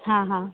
हा हा